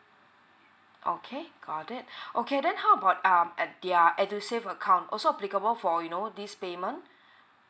okay got it okay then how about um ed~ their edusave account also applicable for you know this payment